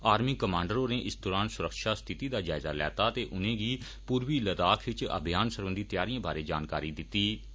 army commander होरे इस दौरान सुरक्षा स्थिति दा जायजा लैता ते उने गी पूर्वी लद्दाख इच अभियान सरबंधी तैयारिए बारै जानकारी दिती गेई